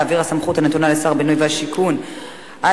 להעביר סמכות הנתונה לשר הבינוי והשיכון על-פי